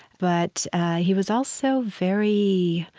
but he was also very